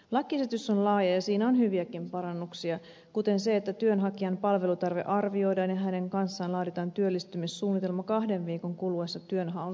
lakiesitys on laaja ja siinä on hyviäkin parannuksia kuten se että työnhakijan palveluntarve arvioidaan ja hänen kanssaan laaditaan työllistymissuunnitelma kahden viikon kuluessa työn alkamisesta